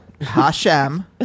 Hashem